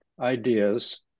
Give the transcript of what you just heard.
Ideas